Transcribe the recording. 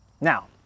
Now